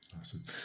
Awesome